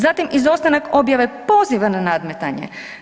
Zatim izostanak objave poziva na nadmetanje.